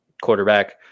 quarterback